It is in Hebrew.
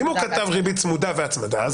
אם הוא כתב ריבית צמודה והצמדה,